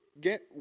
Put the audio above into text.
get